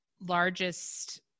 largest